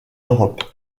europe